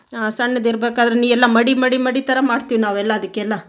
ಸಣ್ಣದಿರಬೇಕಾದ್ರೆ ಎಲ್ಲ ಮಡಿ ಮಡಿ ಮಡಿ ಥರ ಮಾಡ್ತೀವಿ ನಾವೆಲ್ಲ ಅದಕ್ಕೆಲ್ಲ